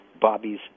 Bobby's